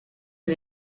sie